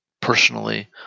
personally